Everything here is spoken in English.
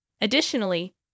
Additionally